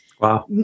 Wow